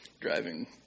driving